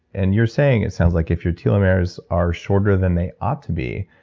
and you're saying, it sounds like, if your telomeres are shorter than they ought to be,